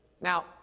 Now